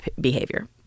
behavior